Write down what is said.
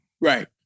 Right